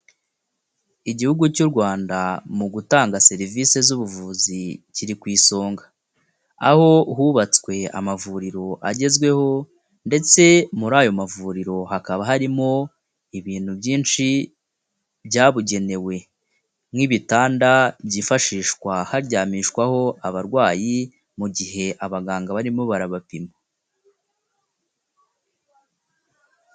Igihugu cy'u Rwanda mu gutanga serivisi z'ubuvuzi kiri ku isonga. Aho hubatswe amavuriro agezweho ndetse muri ayo mavuriro hakaba harimo ibintu byinshi byabugenewe, nk'ibitanda byifashishwa haryamishwaho abarwayi mu gihe abaganga barimo barabapima.